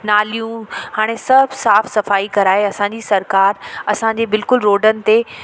नालियूं हाणे सभु साफ़ सफ़ाई कराए असांजी सरकारु असांजी बिल्कुलु रोडनि ते